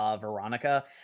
Veronica